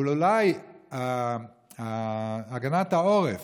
אבל אולי הגנת העורף,